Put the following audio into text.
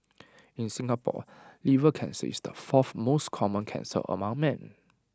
in Singapore liver cancer is the fourth most common cancer among men